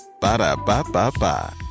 Ba-da-ba-ba-ba